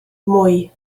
moi